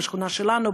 בשכונה שלנו,